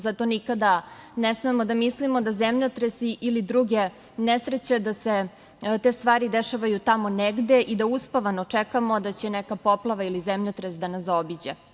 Zato, nikada ne smemo da mislimo da se zemljotresi ili drugi nesreće dešavaju tamo negde i da uspavano čekamo da će neka poplava ili zemljotres da nas zaobiđe.